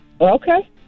Okay